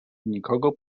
nikogo